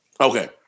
Okay